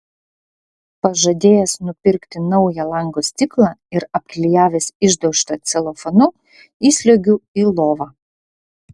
pažadėjęs nupirkti naują lango stiklą ir apklijavęs išdaužtą celofanu įsliuogiu į lovą